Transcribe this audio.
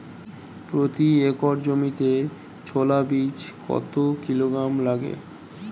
প্রতি একর জমিতে ছোলা বীজ কত কিলোগ্রাম লাগে?